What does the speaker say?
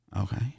Okay